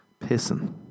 Pissing